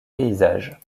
paysages